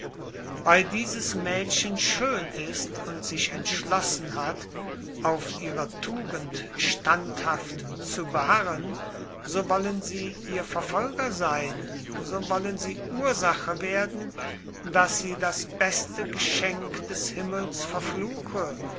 weil dieses mädchen schön ist und sich entschlossen hat auf ihrer tugend standhaft zu beharren so wollen sie ihr verfolger sein so wollen sie ursache werden daß sie das beste geschenk des himmels verfluche